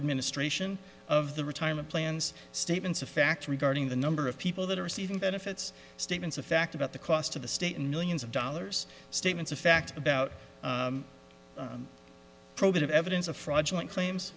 administration of the retirement plans statements of fact regarding the number of people that are receiving benefits statements of fact about the cost of the state and millions of dollars statements of fact about probative evidence of fraudulent claims